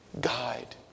guide